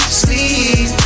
sleep